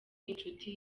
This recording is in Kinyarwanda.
inshuti